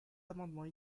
amendements